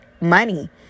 money